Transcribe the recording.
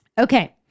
Okay